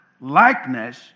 likeness